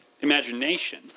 imagination